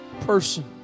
person